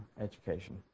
education